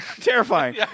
Terrifying